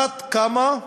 אחת קמה,